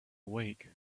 awake